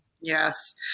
Yes